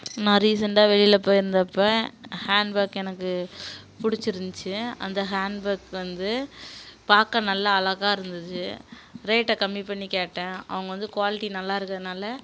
நான் ரீசெண்டாக வெளியில போயிருந்தப்போ ஹேண்ட் பேக் எனக்கு பிடிச்சி இருந்துச்சி அந்த ஹேண்ட் பேக் வந்து பார்க்க நல்லா அழகாக இருந்துச்சு ரேட்டை கம்மி பண்ணி கேட்டேன் அவங்க வந்து குவால்ட்டி நல்லா இருக்கிறனால